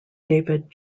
david